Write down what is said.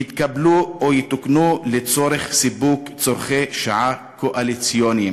יתקבלו או יתוקנו לצורך סיפוק צורכי שעה קואליציוניים".